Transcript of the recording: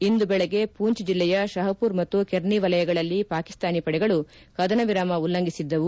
ಇಂದು ಬೆಳಗ್ಗೆ ಪೂಂಚ್ ಜಿಲ್ಲೆಯ ಶಾಪ್ಪುರ್ ಮತ್ತು ಕೆರ್ನಿ ವಲಯಗಳಲ್ಲಿ ಪಾಕಿಸ್ತಾನಿ ಪಡೆಗಳು ಕದನ ವಿರಾಮ ಉಲ್ಲಂಘಿಸಿದ್ದವು